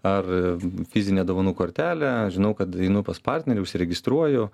ar fizinę dovanų kortelę žinau kad einu pas partnerį užsiregistruoju